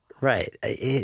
Right